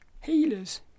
healers